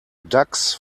ducks